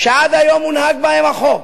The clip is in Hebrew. שעד היום הונהג בהן החוק,